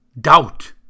doubt